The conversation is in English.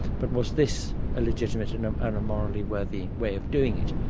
but was this a legitimate and um and a morally worthy way of doing it?